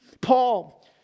Paul